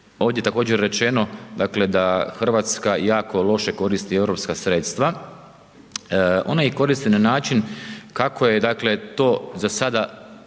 Ovdje je također rečeno dakle da Hrvatska jako loše koristi europska sredstva. Ona ih koristi na način kako je to zasada